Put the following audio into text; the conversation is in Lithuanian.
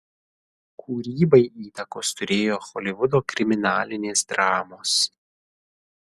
kūrybai įtakos turėjo holivudo kriminalinės dramos